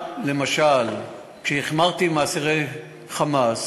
למשל, כשהחמרתי עם אסירי "חמאס",